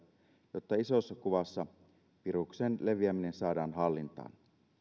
jotta isossa kuvassa viruksen leviäminen saadaan hallintaan